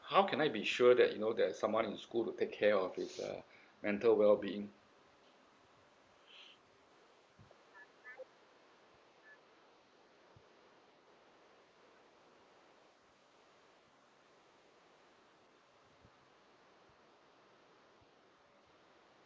how can I be sure that you know there's someone in school to take care of his uh mental well being